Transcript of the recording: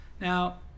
now